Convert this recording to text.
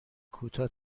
کوتاه